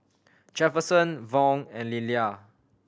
Jefferson Vaughn and Lilia